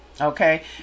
Okay